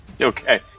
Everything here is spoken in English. Okay